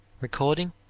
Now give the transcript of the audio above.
Recording